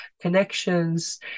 connections